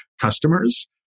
customers